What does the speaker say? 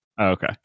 okay